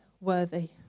worthy